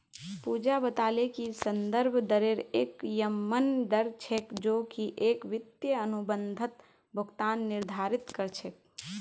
पूजा बताले कि संदर्भ दरेर एक यममन दर छेक जो की एक वित्तीय अनुबंधत भुगतान निर्धारित कर छेक